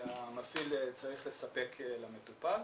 שהמפעיל צריך לספק למטופל